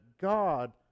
God